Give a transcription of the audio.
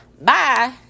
Bye